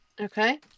okay